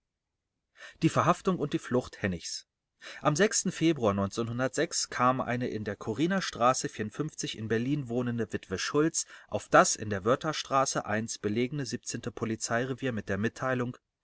die verhaftung und die flucht hennigs am februar kam eine in der chorinerstraße in berlin wohnende witwe schulz auf das in der wörtherstraße belegene polizeirevier mit der mitteilung